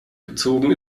gezogen